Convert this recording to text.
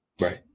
Right